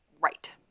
Right